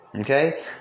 Okay